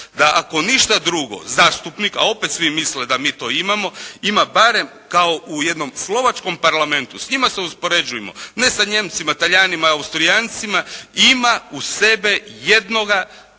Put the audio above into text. Da ako ništa drugo zastupnik, a opet svi misle da mi to imamo ima barem kao u jednom slovačkom Parlamentu. S njima se uspoređujmo, ne sa Nijemcima, Talijanima, Austrijancima ima uz sebe jednoga, ne